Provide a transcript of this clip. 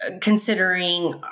considering